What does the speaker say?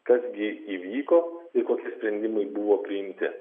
kas gi įvyko ir kokie sprendimai buvo priimti